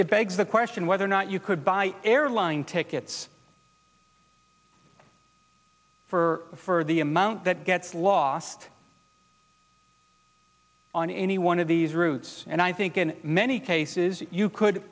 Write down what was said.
it begs the question whether or not you could buy airline tickets for the amount that gets lost on any one of these routes and i think in many cases you could